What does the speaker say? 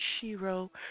Shiro